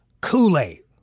Kool-Aid